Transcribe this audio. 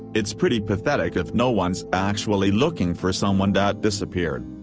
it's pretty pathetic if no one's actually looking for someone that disappeared.